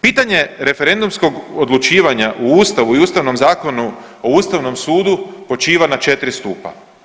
Pitanje referendumskog odlučivanja u Ustavu i Ustavnom zakonu o Ustavnom sudu počiva na 4 stupa.